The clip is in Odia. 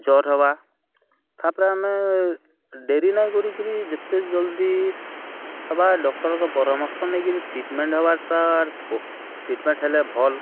ଜର୍ ହେବା ତା'ପ୍ରେ ଆମେ ଡେରି ନାଇଁ କରିକିରି ଯେତେ ଜଲ୍ଦି ହେବା ଡ଼କ୍ଟର୍ଙ୍କର୍ ପରାମର୍ଶ ନେଇକିରି ଟ୍ରିଟ୍ମେଣ୍ଟ୍ ହେବାର୍ ଟା ଟ୍ରିଟ୍ମେଣ୍ଟ୍ ହେଲେ ଭଲ୍